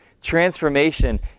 Transformation